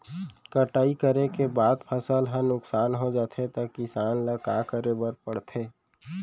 कटाई करे के बाद फसल ह नुकसान हो जाथे त किसान ल का करे बर पढ़थे?